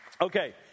Okay